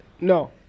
No